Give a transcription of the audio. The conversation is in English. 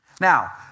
Now